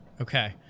Okay